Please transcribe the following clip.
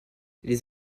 les